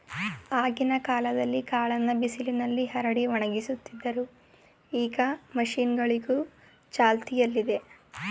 ಆಗಿನ ಕಾಲ್ದಲ್ಲೀ ಕಾಳನ್ನ ಬಿಸಿಲ್ನಲ್ಲಿ ಹರಡಿ ಒಣಗಿಸ್ತಿದ್ರು ಈಗ ಮಷೀನ್ಗಳೂ ಚಾಲ್ತಿಯಲ್ಲಿದೆ